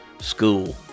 school